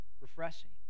refreshing